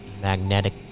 magnetic